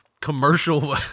commercial